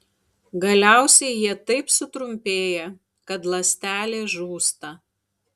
galiausiai jie taip sutrumpėja kad ląstelė žūsta